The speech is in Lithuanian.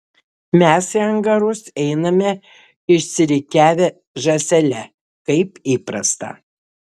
mes į angarus einame išsirikiavę žąsele kaip įprasta